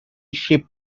ship